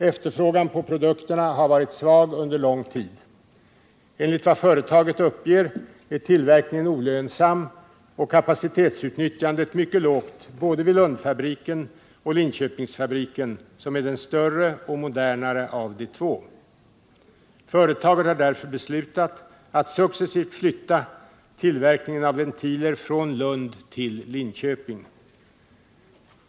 Efterfrågan på produkterna har varit svag under lång tid. Enligt vad företaget uppger är tillverkningen olönsam och kapacitetsutnyttjandet mycket lågt både vid Lundfabriken och vid Linköpingsfabriken, som är den större och modernare av de två. Företaget har därför beslutat att successivt flytta tillverkningen av ventiler från Lund till Linköping.